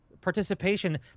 participation